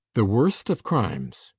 the worst of crimes.